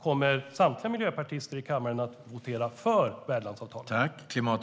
Kommer samtliga miljöpartister i kammaren att votera för värdlandsavtalet?